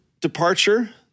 departure